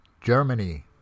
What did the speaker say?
Germany